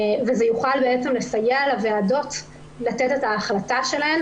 וזה יוכל בעצם לסייע לוועדות לתת את ההחלטה שלהן,